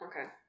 Okay